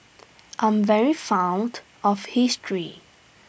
I'm very fond of history